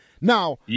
Now